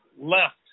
left